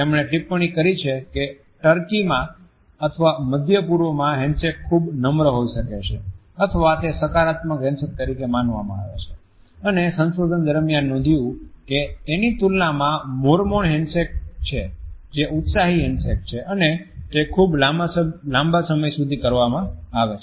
તેમણે ટીપ્પણી કરી છે કે ટર્કી માં અથવા મધ્ય પૂર્વમાં હેન્ડશેક્સ ખૂબ નમ્ર હોઈ શકે છે અથવા તે સકારાત્મક હેન્ડશેક તરીકે માનવામાં આવે છે અને સંશોધન દરમિયાન નોંધ્યું કે તેની તુલનામાં મોર્મોન હેન્ડશેક છે જે ઉત્સાહી હેન્ડશેક છે અને તે ખૂબ લાંબા સમય સુધી કરવામાં આવે છે